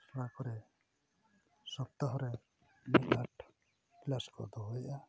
ᱟᱥᱲᱟ ᱠᱚᱨᱮ ᱥᱚᱯᱛᱟᱦᱚᱸ ᱨᱮ ᱢᱤᱫ ᱵᱟᱨ ᱠᱞᱟᱥ ᱠᱚ ᱫᱚᱦᱚᱭᱮᱜᱼᱟ